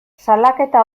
salaketa